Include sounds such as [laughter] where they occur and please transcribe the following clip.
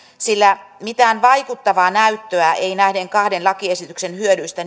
sillä mitään vaikuttavaa näyttöä näiden kahden lakiesityksen hyödyistä [unintelligible]